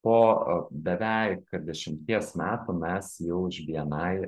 po beveik dešimties metų mes jau iš bni